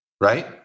right